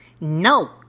No